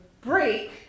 break